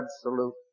absolute